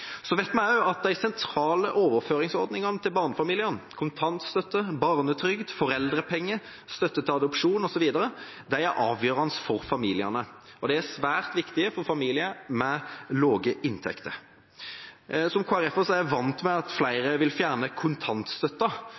Så vet vi også at de sentrale overføringsordningene til barnefamiliene – kontantstøtte, barnetrygd, foreldrepenger, støtte til adopsjon osv. – er avgjørende for disse familiene. Det er svært viktig for familier med lave inntekter. Som KrF-er er jeg vant til at flere vil fjerne